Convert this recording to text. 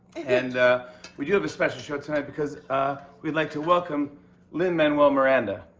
and we do have a special show tonight, because ah we'd like to welcome lin-manuel miranda,